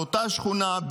באותה שכונה,